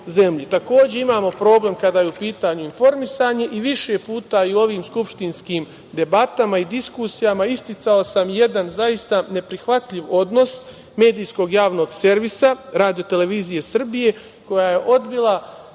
imamo problem kada je u pitanju informisanje. Više puta i u ovim skupštinskim debatama i diskusijama sam isticao jedan zaista neprihvatljiv odnos medijskog javnog servisa, Radio-televizije Srbije, koja je odbila na